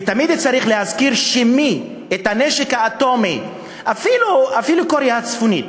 ותמיד צריך להזכיר שבנשק האטומי אפילו צפון-קוריאה,